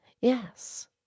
Yes